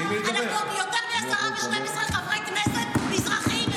אנחנו יותר מעשרה או 12 חברי כנסת מזרחים,